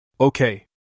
Okay